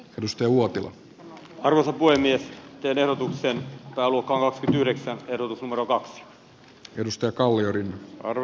risto uotille armoton voimien tiedotuksen halukkaasti yhdeksän modo kaksi risto kalliorinne aro